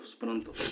pronto